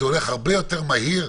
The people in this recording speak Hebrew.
זה הולך הרבה יותר מהיר.